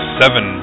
seven